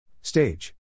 Stage